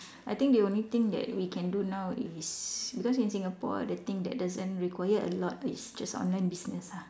I think the only thing that we can do now is because in Singapore the thing that doesn't require a lot is just online business ah